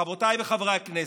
חברותיי וחברי הכנסת,